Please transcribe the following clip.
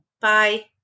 Bye